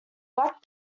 black